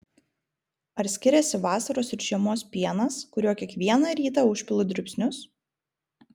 ar skiriasi vasaros ir žiemos pienas kuriuo kiekvieną rytą užpilu dribsnius